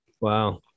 Wow